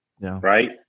right